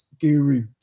Guru